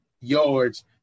yards